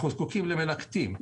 אנחנו זקוקים למלקטים,